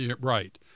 right